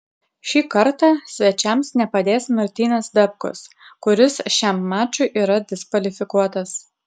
šį kartą svečiams nepadės martynas dapkus kuris šiam mačui yra diskvalifikuotas